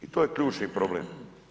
I to je ključni problem.